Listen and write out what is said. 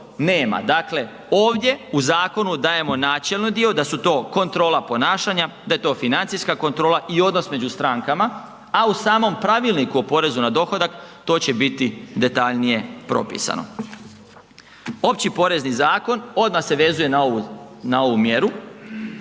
nema. Dakle, ovdje u zakonu dajemo načelni dio, da tu to kontrola ponašanja, da je to financijska kontrola i odnos među strankama, a u samom Pravilniku o poreznu na dohodak, to će bit detaljnije propisano. Opći porezni zakon, odmah se vezuje na ovu mjeru,